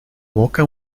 boca